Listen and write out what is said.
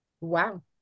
Wow